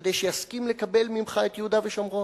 כדי שיסכים לקבל ממך את יהודה ושומרון.